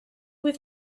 with